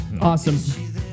Awesome